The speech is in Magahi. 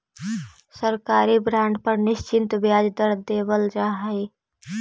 सरकारी बॉन्ड पर निश्चित ब्याज दर देवल जा हइ